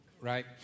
right